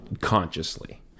consciously